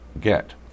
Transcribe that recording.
get